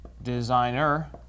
designer